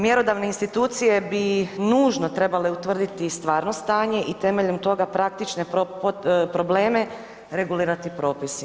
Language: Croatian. Mjerodavne institucije bi nužno trebale utvrditi stvarno stanje i temeljem toga praktične probleme regulirati propisima.